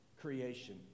creation